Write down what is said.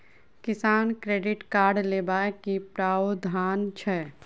किसान credit card लेबाक की प्रावधान छै?